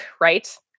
right